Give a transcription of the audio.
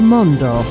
Mondo